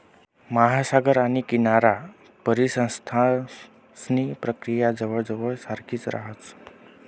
महासागर आणि किनाराना परिसंस्थांसनी प्रक्रिया जवयजवय सारखीच राहस